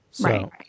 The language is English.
Right